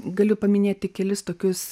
galiu paminėt tik kelis tokius